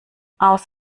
aus